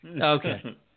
Okay